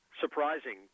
surprising